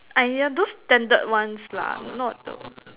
!aiya! those standard ones lah not the